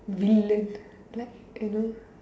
villain like you know